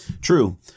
True